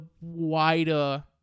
wider